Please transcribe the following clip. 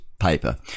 paper